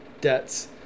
debts